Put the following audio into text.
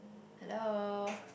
hello